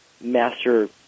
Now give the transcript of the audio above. master